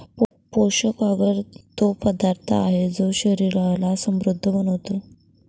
पोषक अगर तो पदार्थ आहे, जो शरीराला समृद्ध बनवतो